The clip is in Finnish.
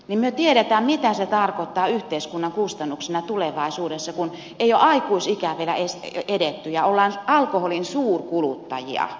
me tiedämme mitä se tarkoittaa yhteiskunnan kustannuksina tulevaisuudessa kun ei ole aikuisikään vielä edetty ja ollaan alkoholin suurkuluttajia